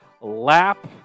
lap